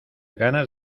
ganas